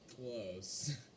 Close